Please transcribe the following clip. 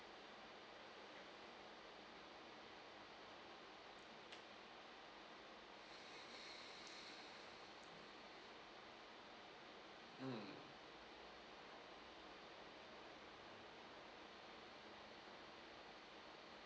mm